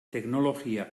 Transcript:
teknologia